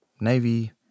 Navy